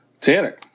Tanner